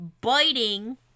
Biting